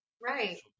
right